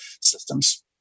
systems